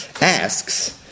asks